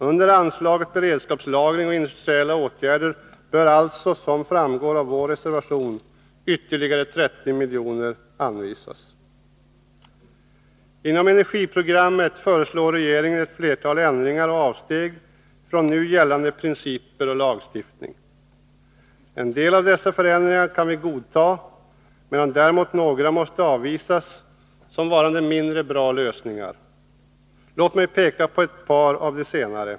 Under anslaget Beredskapslagring och industriella åtgärder bör alltså, som framgår av vår reservation, ytterligare 30 milj.kr. anvisas. Inom energiprogrammet föreslår regeringen ett flertal ändringar och avsteg från nu gällande principer och lagstiftning. En del av dessa förändringar kan vi godta, medan däremot några måste avvisas som varande mindre goda lösningar. Låt mig peka på ett par av de senare.